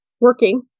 working